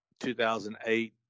2008